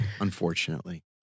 Unfortunately